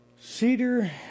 Cedar